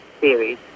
series